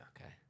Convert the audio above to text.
okay